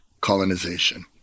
colonization